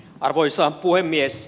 arvoisa puhemies